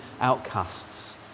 outcasts